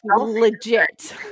legit